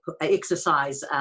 exercise